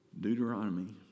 Deuteronomy